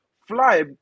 fly